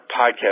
podcast